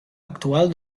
actual